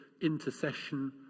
intercession